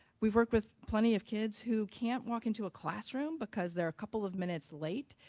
we've worked with plenty of kids who can't walk into a classroom because they're a couple of minutes late,